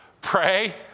Pray